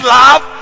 love